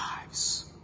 lives